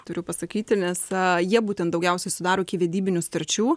turiu pasakyti nes jie būtent daugiausiai sudaro ikivedybinių sutarčių